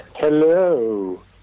Hello